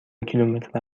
کیلومتر